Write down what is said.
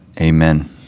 Amen